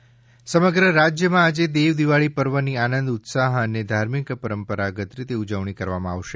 દેવદિવાળી સમગ્ર રાજ્યમાં આજે દેવ દિવાળી પર્વની આનંદ ઉત્સાહ અને ધાર્મિક પરંપરાગત રીતે ઉજવણી કરવામાં આવશે